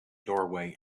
doorway